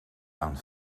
aan